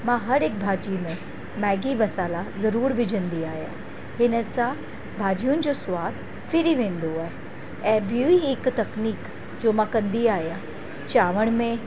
मां हर हिकु भाॼी में मैगी मसाल्हा ज़रूरु विझंदी आहियां हिनसां भाॼियुनि जो सवादु फिरी वेंदो आहे ऐं ॿी हिकु तकनीक जो मां कंदी आहियां चांवर में